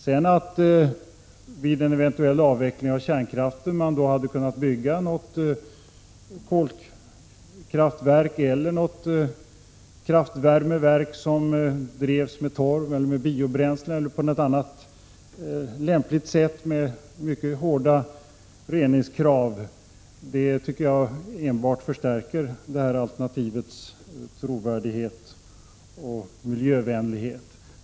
Att det dessutom vid en eventuell avveckling av kärnkraften hade kunnat tillkomma något kolkraftverk eller kraftvärmeverk, drivet med torv eller biobränsle eller på något annat lämpligt sätt, under mycket hårda reningskrav, tycker jag enbart förstärker tunnelalternativets trovärdighet och miljövänlighet.